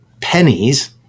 pennies